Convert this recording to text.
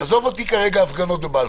תעזוב אותי כרגע הפגנות בבלפור,